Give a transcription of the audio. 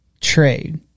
trade